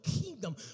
kingdom